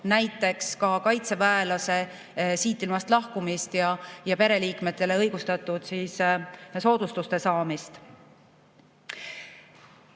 näiteks ka kaitseväelase siitilmast lahkumist ja pereliikmetele õigustatud soodustuste võimaldamist.